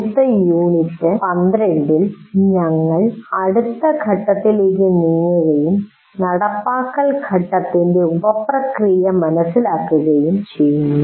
അടുത്ത യൂണിറ്റ് 12 ൽ ഞങ്ങൾ അടുത്ത ഘട്ടത്തിലേക്ക് നീങ്ങുകയും നടപ്പാക്കൽ ഘട്ടത്തിൻ്റെ ഉപപ്രക്രിയ മനസ്സിലാക്കുകയും ചെയ്യുന്നു